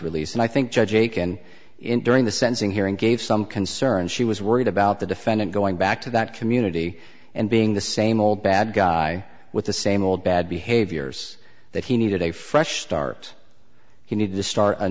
release and i think judge aiken in during the sensing hearing gave some concern she was worried about the defendant going back to that community and being the same old bad guy with the same old bad behaviors that he needed a fresh start he needed to start a